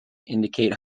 indicate